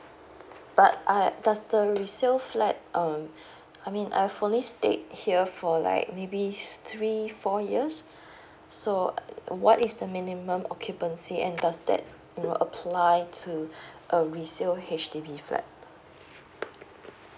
but I does the resale flat um I mean I've only stayed here for like maybe three four years so what is the minimum occupancy and does that you apply to a resale H_D_B flat mm